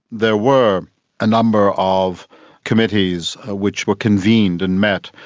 there were a number of committees ah which were convened and met,